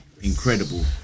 incredible